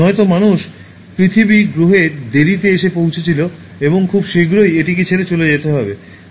নয়তো মানুষ পৃথিবী গ্রহে দেরিতে এসে পৌঁছেছিল এবং খুব শীঘ্রই এটিকে ছেড়ে চলে যাবে